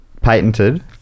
patented